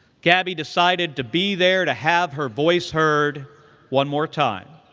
gabby decided to be there to have her voice heard one more time.